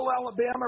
Alabama